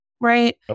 right